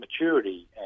maturity